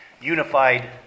unified